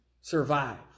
survive